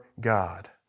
God